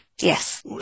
Yes